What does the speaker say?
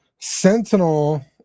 Sentinel